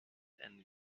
and